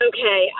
Okay